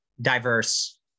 diverse